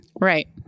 Right